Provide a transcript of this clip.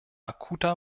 akuter